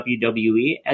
WWE